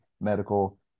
medical